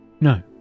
No